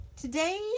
Today